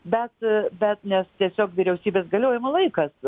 bet bet nes tiesiog vyriausybės galiojimo laikas